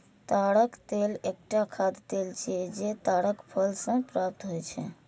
ताड़क तेल एकटा खाद्य तेल छियै, जे ताड़क फल सं प्राप्त होइ छै